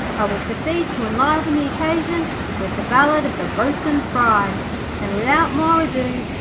i will proceed to enliven the occasion with the ballad of the bo'sun's bride and without more ado,